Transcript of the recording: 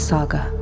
Saga